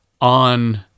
on